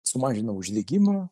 sumažinam uždegimą